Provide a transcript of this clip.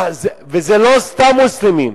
וזה לא סתם מוסלמים.